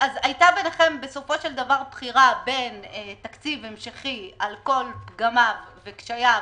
הייתה לכם בחירה בין תקציב המשכי על כל פגמיו וקשייו,